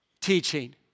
teaching